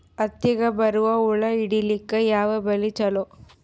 ಹತ್ತಿಗ ಬರುವ ಹುಳ ಹಿಡೀಲಿಕ ಯಾವ ಬಲಿ ಚಲೋ?